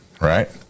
right